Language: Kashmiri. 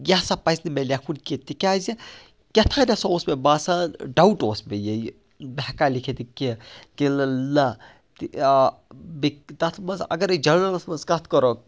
یہِ ہَسا پَزِ نہٕ مےٚ لٮ۪کھُن کیٚنٛہہ تِکیٛازِ کہتھانۍ ہَسا اوس مےٚ باسان ڈاوُٹ اوس مےٚ یہِ بہٕ ہٮ۪کا لیٚکھِتھ کیٚنٛہہ بیٚیہِ تَتھ منٛز اَگرے جَنرَلَس منٛز کَتھ کَرو